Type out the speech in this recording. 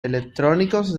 electrónicos